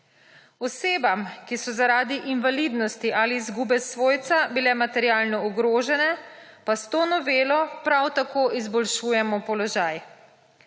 Osebam, ki so zaradi invalidnosti ali izgube svojca bile materialno ogrožene, pa s to novelo prav tako izboljšujemo položaj.